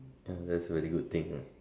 that's very good thing ah